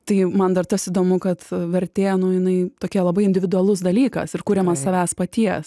tai man dar tas įdomu kad vertė nu jinai tokia labai individualus dalykas ir kuriamas savęs paties